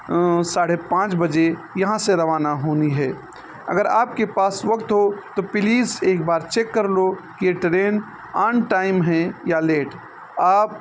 ساڑھے پانچ بجے یہاں سے روانہ ہونی ہے اگر آپ کے پاس وقت ہو تو پلیز ایک بار چیک کر لو کہ یہ ٹرین آن ٹائم ہے یا لیٹ آپ